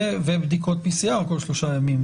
ובדיקות PCR כל 3 ימים.